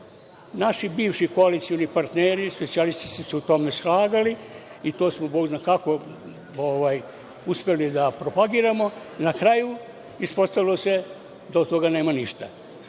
Naši bivši koalicioni partneri, socijalisti, su se u tome slagali, i to smo, Bog zna kako, uspeli da propagiramo. Na kraju, ispostavilo se da od toga nema niša.